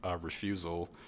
refusal